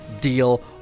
deal